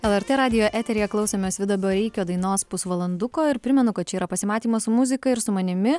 lrt radijo eteryje klausėmės vido bareikio dainos pusvalanduko ir primenu kad čia yra pasimatymas su muzika ir su manimi